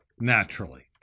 naturally